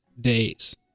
days